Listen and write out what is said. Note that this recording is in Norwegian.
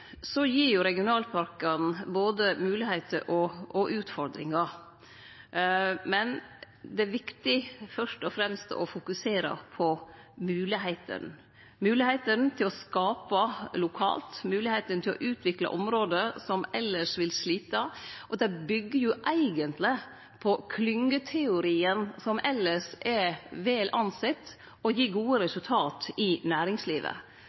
regionalparkane både moglegheiter og utfordringar, men det er viktig fyrst og fremst å fokusere på moglegheitene – moglegheitene til å skape lokalt, moglegheitene til å utvikle område som elles vil slite. Det byggjer eigentleg på klyngjeteorien, som elles er vel akta og gir gode resultat i næringslivet.